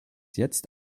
jetzt